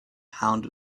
pound